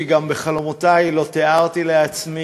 כי גם בחלומותי לא תיארתי לעצמי,